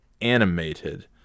Animated